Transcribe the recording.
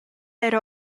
era